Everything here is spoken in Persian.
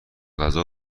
غذا